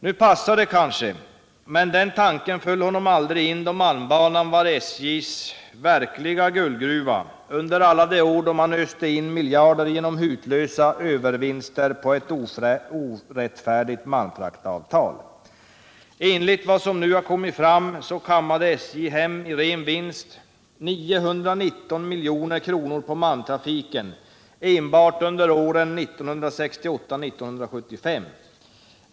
Nu passar det kanske, men den tanken föll honom aldrig in då malmbanan var SJ:s verkliga guldgruva, under alla de år då man öste in miljarder genom hutlösa övervinster på ett orättfärdigt malmfraktavtal. Enligt vad som nu har kommit fram kammade SJ hem i ren vinst — 919 milj.kr. på malmtrafiken enbart under åren 1968-1975.